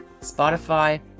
Spotify